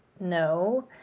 no